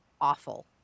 awful